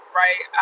right